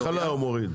בהתחלה הוא מוריד.